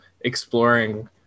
exploring